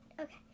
Okay